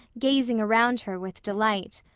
gazing around her with delight.